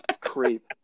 Creep